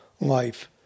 life